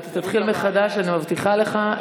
אתה תתחיל מחדש, אני מבטיחה לך.